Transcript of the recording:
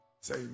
say